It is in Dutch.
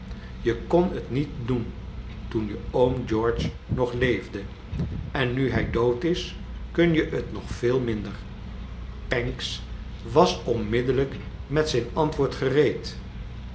je kon het niet doen toen je oom george nog leefde en nu hij dood is kun je t nog veel minder pancks was onmiddellijk met zijn antwoord gereed